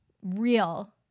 real